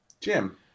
Jim